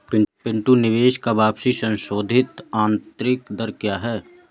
पिंटू निवेश का वापसी संशोधित आंतरिक दर क्या है?